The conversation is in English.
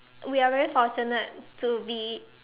we are very fortunate to be